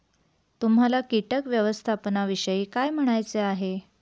तुम्हाला किटक व्यवस्थापनाविषयी काय म्हणायचे आहे?